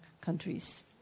countries